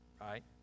right